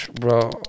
Bro